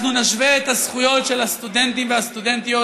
אנחנו נשווה את הזכויות של הסטודנטים והסטודנטיות